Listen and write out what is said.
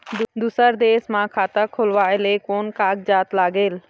दूसर देश मा खाता खोलवाए ले कोन कागजात लागेल?